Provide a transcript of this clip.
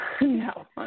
no